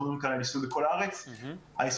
אנחנו מדברים כאן על יישום בכל הארץ היישום